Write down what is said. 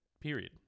period